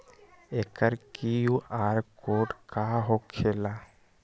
एकर QR code का होकेला?